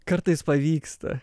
kartais pavyksta